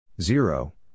Zero